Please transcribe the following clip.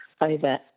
over